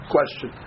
Question